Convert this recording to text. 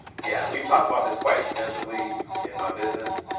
yeah, we've talked about this quite extensively in my business.